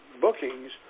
bookings